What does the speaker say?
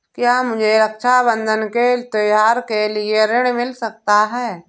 क्या मुझे रक्षाबंधन के त्योहार के लिए ऋण मिल सकता है?